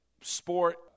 sport